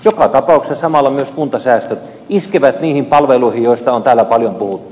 joka tapauksessa samalla myös kuntasäästöt iskevät niihin palveluihin joista on täällä paljon puhuttu